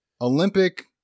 Olympic